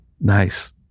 Nice